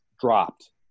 dropped